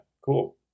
cool